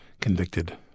convicted